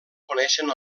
coneixen